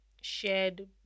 shared